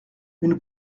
une